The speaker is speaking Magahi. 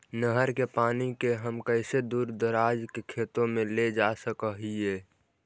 नहर के पानी के हम कैसे दुर दराज के खेतों में ले जा सक हिय?